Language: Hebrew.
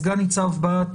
סגן ניצב בהט,